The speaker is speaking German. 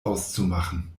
auszumachen